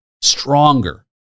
stronger